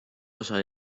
osa